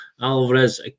Alvarez